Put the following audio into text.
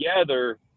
together